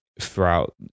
throughout